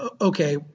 okay